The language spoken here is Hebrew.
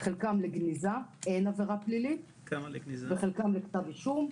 חלקם לגניזה כי אין עבירה פלילית וחלקם בכתב אישום.